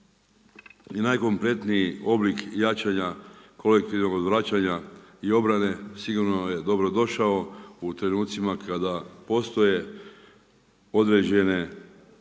i najkompletniji oblik jačanja kolektivnog odvraćanja i obrane, sigurno je dobrodošao u trenucima kada postoje određene sumnje